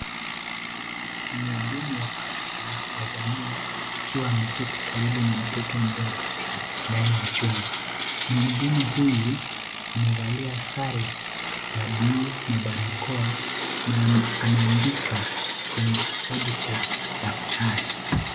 Mhudumu wa afya wa jamii akiwa ameketi karibu ya mtoto mdogo ndani ya chumba, mhudumu huyu amevalia sare ya bulu na barakoa na anaandika kwenye kitabu cha daftari.